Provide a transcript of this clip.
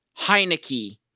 Heineke